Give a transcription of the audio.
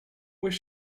was